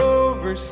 over